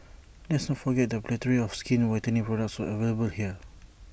let's not forget the plethora of skin whitening products available here